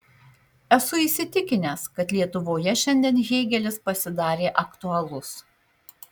esu įsitikinęs kad lietuvoje šiandien hėgelis pasidarė aktualus